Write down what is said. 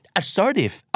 assertive